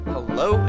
Hello